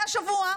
והשבוע,